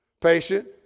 Patient